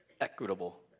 equitable